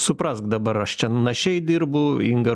suprask dabar aš čia našiai dirbu inga